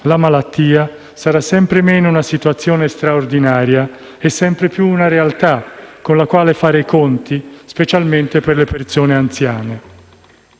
la malattia sarà sempre meno una situazione straordinaria e sempre più una realtà con la quale fare i conti, specialmente per le persone anziane.